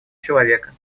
человека